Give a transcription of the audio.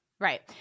Right